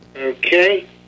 Okay